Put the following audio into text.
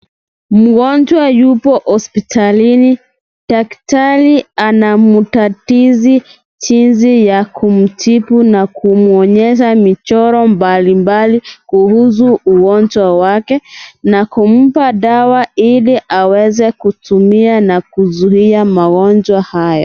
Mgonjwa yupo hospitalini. Daktari anamutatizi jinsi ya kumtibu na kumuonyesha michoro mbalimbali kuhusu ugonjwa wake na kumpa dawa ili aweze kutumia na kuzuia magonjwa hayo.